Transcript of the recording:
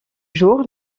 jour